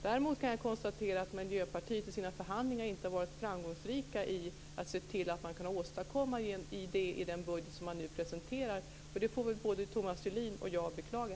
Däremot kan jag konstatera att Miljöpartiet i sina förhandlingar inte har varit framgångsrikt när det gällt att se till att åstadkomma detta i den budget som nu presenteras. Det får väl både Thomas Julin och jag beklaga.